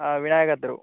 விநாயகர் தெரு